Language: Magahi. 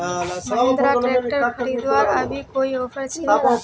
महिंद्रा ट्रैक्टर खरीदवार अभी कोई ऑफर छे?